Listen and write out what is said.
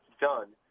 done